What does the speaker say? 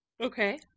Okay